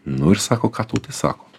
nu ir sako ką tau tai sako